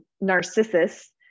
Narcissus